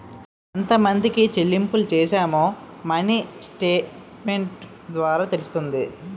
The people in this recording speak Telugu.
ఎంతమందికి చెల్లింపులు చేశామో మినీ స్టేట్మెంట్ ద్వారా తెలుస్తుంది